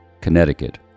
Connecticut